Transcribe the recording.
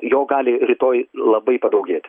jo gali rytoj labai padaugėti